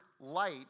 light